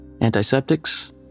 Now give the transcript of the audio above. Antiseptics